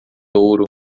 touro